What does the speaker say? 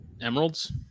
emeralds